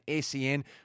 SEN